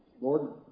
Lord